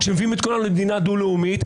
שמביאים את כולנו למדינה דו-לאומית,